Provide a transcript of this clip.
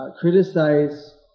criticize